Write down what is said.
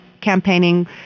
campaigning